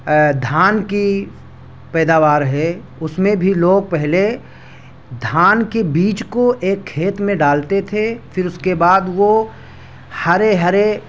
دھان کی پیداوار ہے اس میں بھی لوگ پہلے دھان کے بیج کو ایک کھیت میں ڈالتے تھے پھر اس کے بعد وہ ہرے ہرے